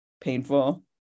painful